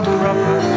proper